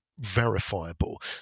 verifiable